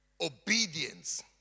obedience